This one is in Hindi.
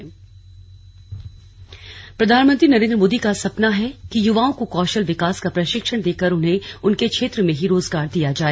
स्लग कौशल विकास प्रधानमंत्री नरेंद्र मोदी का सपना है कि युवाओं को कौशल विकास का प्रशिक्षण देकर उन्हें उनके क्षेत्र में ही रोजगार दिया जाए